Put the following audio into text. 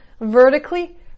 vertically